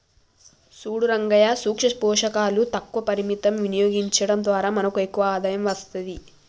సూడు రంగయ్యా సూక్ష పోషకాలు తక్కువ పరిమితం వినియోగించడం ద్వారా మనకు ఎక్కువ ఆదాయం అస్తది